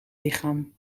lichaam